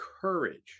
courage